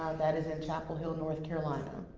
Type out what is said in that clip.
that is in chapel hill, north carolina.